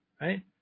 right